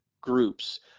groups